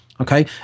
Okay